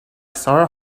sore